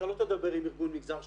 אתה לא תדבר עם ארגון מגזר שלישי.